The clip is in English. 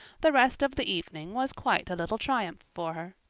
the rest of the evening was quite a little triumph for her.